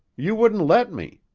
you wouldn't let me.